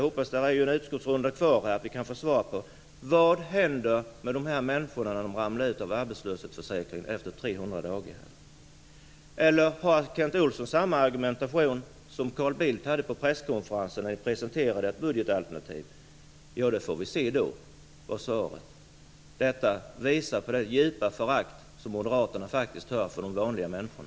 Eftersom det är en utskottsrunda kvar, hoppas jag att vi kan få svar på vad som händer med de människor som ramlar ut ur arbetslöshetsförsäkringen efter 300 dagar. Eller Kent Olsson har kanske samma svar som Carl Bildt hade på presskonferensen där Moderaternas budgetalternativ presenterades. Det får vi se då, var svaret. Detta visar på det djupa förakt som moderaterna har för de vanliga människorna.